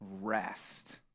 rest